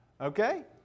Okay